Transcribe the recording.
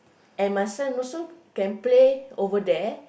and my son also can play over there